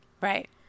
Right